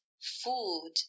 food